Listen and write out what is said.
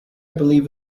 believe